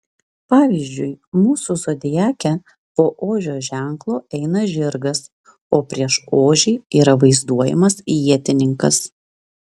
pavyzdžiui mūsų zodiake po ožio ženklo eina žirgas o prieš ožį yra vaizduojamas ietininkas